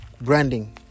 branding